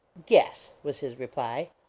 guess, was his reply.